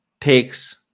takes